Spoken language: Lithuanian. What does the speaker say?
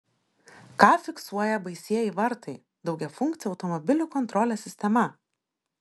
ką fiksuoja baisieji vartai daugiafunkcė automobilių kontrolės sistema